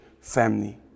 family